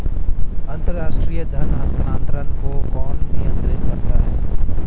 अंतर्राष्ट्रीय धन हस्तांतरण को कौन नियंत्रित करता है?